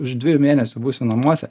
už dviejų mėnesių būsiu namuose